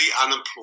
unemployed